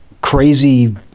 crazy